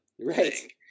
right